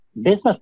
business